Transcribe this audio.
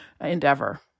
endeavor